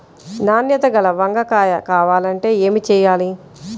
నాణ్యత గల వంగ కాయ కావాలంటే ఏమి చెయ్యాలి?